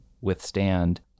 withstand